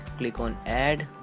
click on add